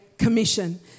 Commission